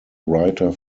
writer